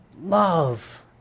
love